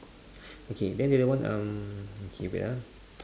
okay then the other one okay wait ah